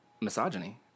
misogyny